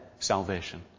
salvation